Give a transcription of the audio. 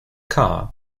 car